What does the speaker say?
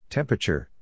Temperature